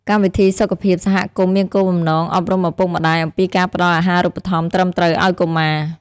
កម្មវិធីសុខភាពសហគមន៍មានគោលបំណងអប់រំឪពុកម្តាយអំពីការផ្ដល់អាហាររូបត្ថម្ភត្រឹមត្រូវឱ្យកុមារ។